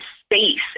space